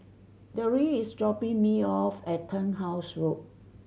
Deirdre is dropping me off at Turnhouse Road